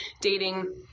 dating